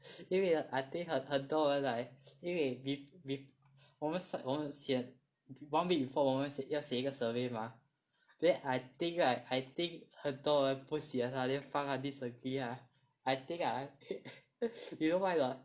因为 I think 很多人 like 因为 bef~ bef~ 我们 side 我们写 one week before 我们要写一个 survey mah then I think right I think 很多人不写他 then 放他 disagree lah I think lah you know why or not